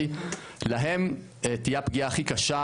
להם תהיה הפגיעה הכי קשה,